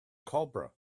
cobra